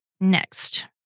Next